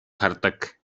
хардаг